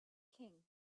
king